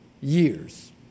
years